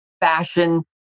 fashion